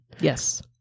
Yes